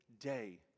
day